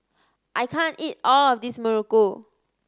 I can't eat all of this muruku